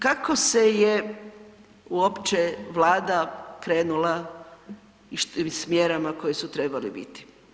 Kako se je uopće Vlada krenula s mjerama koje su trebale biti?